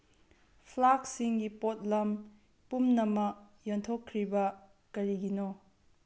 ꯐ꯭ꯂꯥꯛꯁꯤꯡꯒꯤ ꯄꯣꯠꯂꯝ ꯄꯨꯝꯅꯃꯛ ꯌꯣꯟꯊꯣꯛꯈ꯭ꯔꯤꯕ ꯀꯔꯤꯒꯤꯅꯣ